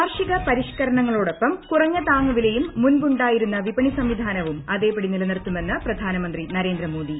കാർഷിക പരിഷ്കരണങ്ങളോടൊപ്പം കുറഞ്ഞ താങ്ങൂവിലയും മുൻപ് ഉണ്ടായിരുന്ന വിപണി സംവിധാനവും അതേപടി നിലനിർത്തുമെന്ന് പ്രധാനമന്ത്രി നരേന്ദ്രമോദി